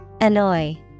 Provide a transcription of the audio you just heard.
Annoy